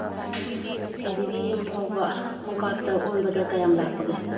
ꯁꯤꯗꯒꯤ ꯌꯨꯝꯐꯥꯎꯕ ꯈꯣꯡꯀꯥꯞꯇ ꯑꯣꯟꯕꯗ ꯀꯌꯥꯝ ꯂꯥꯞꯄꯒꯦ